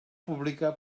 pública